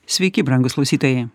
sveiki brangūs klausytojai